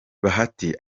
bahati